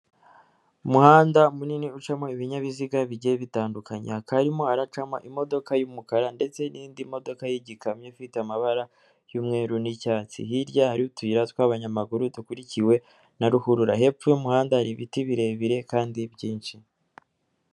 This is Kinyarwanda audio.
Umuhanda munini ucamo ibinyabiziga bigiye bitandukanye, hakabaa harimo aracamo imodoka y'umukara ndetse n'indi modoka y'igikamyo ifite amabara y'umweru nicyatsi, hirya hari utuyira tw'abanyamaguru dukurikiwe na ruhurura, hepfo y'umuhanda hari ibiti birebire kandi byinshi.